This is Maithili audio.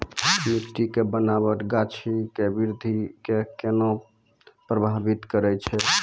मट्टी के बनावट गाछो के वृद्धि के केना प्रभावित करै छै?